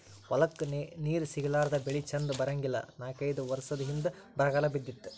ಹೊಲಕ್ಕ ನೇರ ಸಿಗಲಾರದ ಬೆಳಿ ಚಂದ ಬರಂಗಿಲ್ಲಾ ನಾಕೈದ ವರಸದ ಹಿಂದ ಬರಗಾಲ ಬಿದ್ದಿತ್ತ